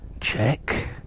check